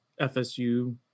FSU